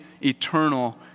eternal